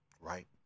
right